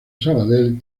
sabadell